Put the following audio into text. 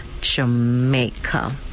Jamaica